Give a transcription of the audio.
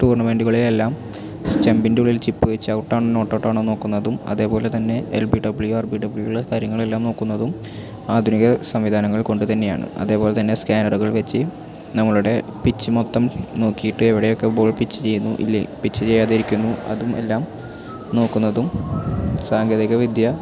ടൂർണമെൻറ്റുകളെയെല്ലാം സ്റ്റമ്പിൻ്റെയുള്ളിൽ ചിപ്പ് വെച്ച് ഔട്ട് എന്നോ നോട്ട് ഔട്ട് ആണോ എന്നു നോക്കുന്നതും അതേപോലെത്തന്നെ L B W R B W എല്ലാം കാര്യങ്ങളും നോക്കുന്നതും ആധുനിക സംവിധാനങ്ങൾ കൊണ്ടു തന്നെയാണ് അതേപോലെ തന്നെ സ്കാനറുകൾ വെച്ച് നമ്മളുടെ പിച്ച് മൊത്തവും നോക്കിയിട്ട് എവിടെയൊക്കെ ബോൾ പിച്ച് ചെയുന്നു ഇല്ലേ പിച്ച് ചെയാതിരിക്കുന്നു അതും എല്ലാം നോക്കുന്നതും സാങ്കേതികവിദ്യ